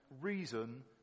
reason